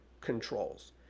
controls